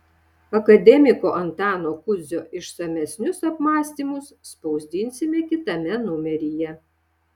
akademiko antano kudzio išsamesnius apmąstymus spausdinsime kitame numeryje